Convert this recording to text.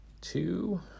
two